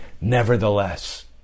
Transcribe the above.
Nevertheless